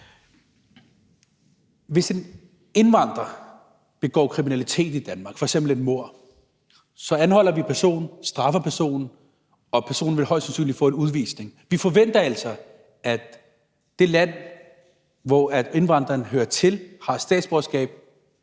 Hvis en indvandrer begår kriminalitet i Danmark, f.eks. et mord, anholder vi personen, straffer personen, og personen vil højst sandsynligt få en udvisning. Vi forventer altså, at det land, hvor indvandreren hører til, har statsborgerskab,